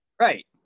Right